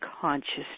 consciousness